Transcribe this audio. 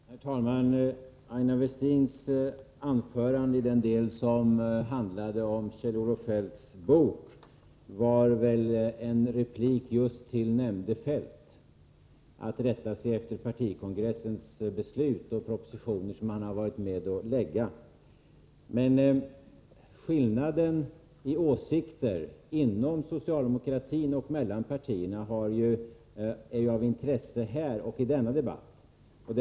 Herr talman! Aina Westins anförande i den del som handlade om Kjell-Olof Feldts bok var väl en replik till nämnde Feldt: att rätta sig efter partikongressens beslut och propositioner, som han har varit med om att lägga fram. Men skillnaden i åsikter inom socialdemokratin och mellan partierna är ju av intresse också i debatten här.